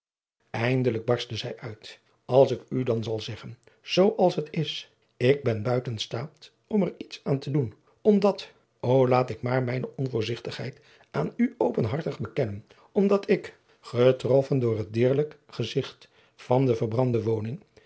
eindelijk barstte zij uit als ik u dan zal zeggen zoo als het is ik ben buiten staat om er iets aan te doen omdat ô laat ik maar mijne onvoorzigtigheid aan u openhartig bekennen omdat ik getroffek door het deerlijk gezigt van de verbrande woning